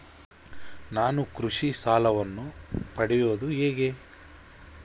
ನಾನು ಕೃಷಿ ಸಾಲವನ್ನು ಪಡೆಯೋದು ಹೇಗೆ?